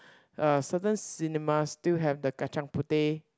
uh certain cinema still have the kacang-puteh